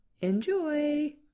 Enjoy